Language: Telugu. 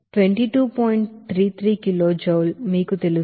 33 కిలోజౌల్ మీకు తెలుసు